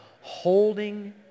holding